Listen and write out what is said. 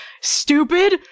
Stupid